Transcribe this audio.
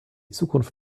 zukunft